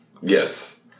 Yes